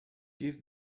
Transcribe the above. give